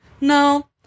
no